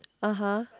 (uh huh)